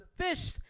Fish